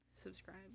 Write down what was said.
subscribe